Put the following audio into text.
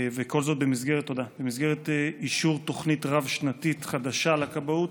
וכל זאת במסגרת אישור תוכנית רב-שנתית חדשה לכבאות